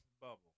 bubble